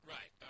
Right